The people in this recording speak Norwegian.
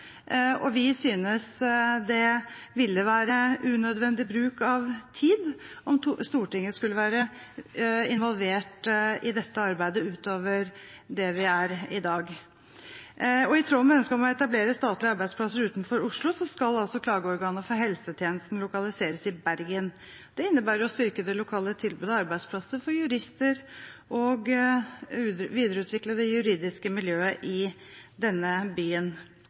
11. Vi synes det ville være unødvendig bruk av tid om Stortinget skulle være involvert i dette arbeidet utover det vi er i dag. I tråd med ønsket om å etablere statlige arbeidsplasser utenfor Oslo skal altså klageorganet for helsetjenesten lokaliseres til Bergen. Det innebærer å styrke det lokale tilbudet av arbeidsplasser for jurister og videreutvikle det juridiske miljøet i denne byen.